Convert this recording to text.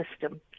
system